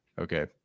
Okay